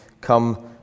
come